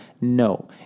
No